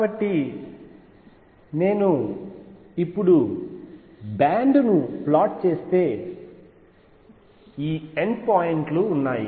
కాబట్టి నేను ఇప్పుడు బ్యాండ్ ను ప్లాట్ చేస్తే ఈ n పాయింట్లు ఉన్నాయి